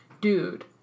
Dude